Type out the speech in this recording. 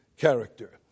character